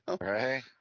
right